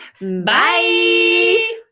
Bye